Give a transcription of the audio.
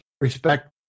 respect